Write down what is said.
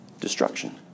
Destruction